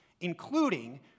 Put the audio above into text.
including